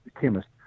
chemist